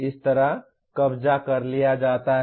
इस तरह कब्जा कर लिया जाता है